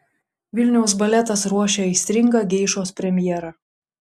vilniaus baletas ruošia aistringą geišos premjerą